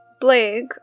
Blake